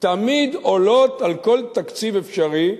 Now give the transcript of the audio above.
תמיד עולות על כל תקציב אפשרי,